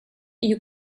you